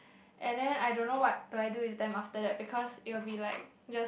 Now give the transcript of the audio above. and then I don't know what do I do with them after that because it will be like just